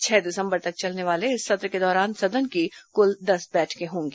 छह दिसंबर तक चलने वाले इस सत्र के दौरान सदन की कुल दस बैठकें होंगी